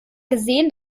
gesehen